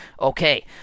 Okay